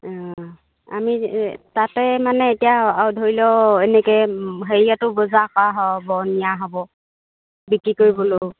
অঁ আমি তাতে মানে এতিয়া ধৰি লওক এনেকৈ হেৰিয়াতো বজাৰ কৰা হ'ব নিয়া হ'ব বিক্ৰী কৰিবলৈও